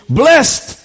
blessed